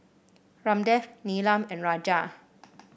Ramdev Neelam and Raja